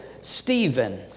Stephen